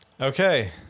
Okay